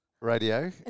radio